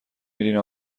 میرین